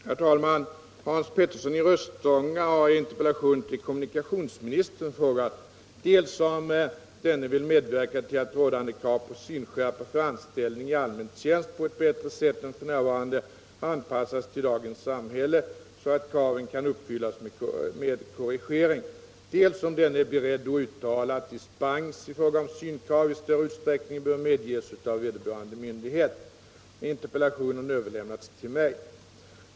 Herr talman! Hans Petersson i Röstånga har i interpellation till kommunikationsministern frågat dels om denne vill medverka till att rådande krav på synskärpa för anställning i allmän tjänst på ett bättre sätt än f. n. anpassas till dagens samhälle så att kraven kan uppfyllas med korrigering, dels om denne är beredd att uttala att dispens i fråga om synkrav i större utsträckning bör medges av vederbörande myndighet. Interpellationen har överlämnats till mig.